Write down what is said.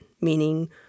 meaning